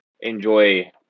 enjoy